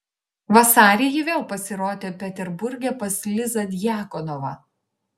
vasarį ji vėl pasirodė peterburge pas lizą djakonovą